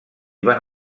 van